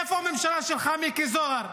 איפה הממשלה שלך מיקי זוהר?